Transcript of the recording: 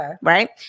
right